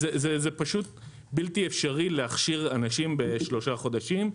זה פשוט בלתי אפשרי להכשיר אנשים בשלושה חודשים,